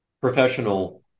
professional